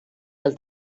del